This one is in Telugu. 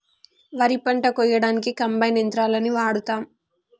వరి పంట కోయడానికి కంబైన్ యంత్రాలని వాడతాం